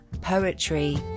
poetry